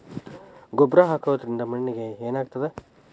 ಗೊಬ್ಬರ ಹಾಕುವುದರಿಂದ ಮಣ್ಣಿಗೆ ಏನಾಗ್ತದ?